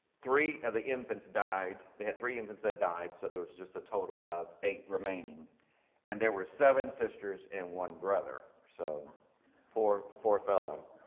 three of the infants died. they had three infants that died, so there was just a total of eight remaining and there were seven sisters, and one brother, so poor fellow.